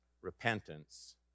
Repentance